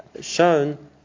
shown